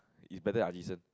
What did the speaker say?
it's better than Ajisen